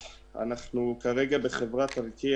כרגע חברת ארקיע